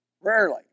Rarely